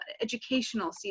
educational